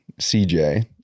CJ